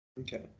okay